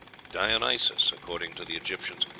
dionysos, according to the egyptians,